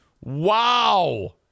Wow